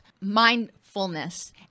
mindfulness